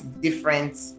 different